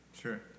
Sure